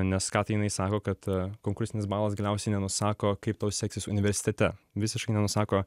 nes ką tai jinai sako kad konkursinis balas galiausiai nenusako kaip tau seksis universitete visiškai nenusako